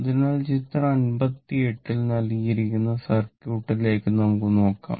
അതിനാൽ ചിത്രം 58 ൽ നൽകിയിരിക്കുന്ന സർക്യൂട്ടിലേക്ക് നമുക്ക് നോക്കാം